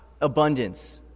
abundance